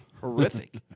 Horrific